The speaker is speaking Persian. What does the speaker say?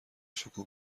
شکوه